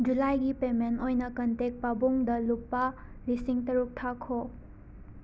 ꯖꯨꯂꯥꯏꯒꯤ ꯄꯦꯃꯦꯟ ꯑꯣꯏꯅ ꯀꯟꯇꯦꯛ ꯄꯥꯕꯨꯡꯗ ꯂꯨꯄꯥ ꯂꯤꯁꯤꯡ ꯇꯔꯨꯛ ꯊꯥꯈꯣ